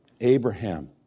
Abraham